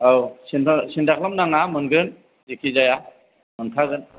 औ सिनथा सिनथा खालामनाङा मोनगोन जेखि जाया मोनखागोन